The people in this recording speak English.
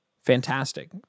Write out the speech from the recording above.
fantastic